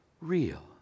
real